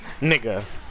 nigga